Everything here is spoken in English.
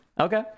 Okay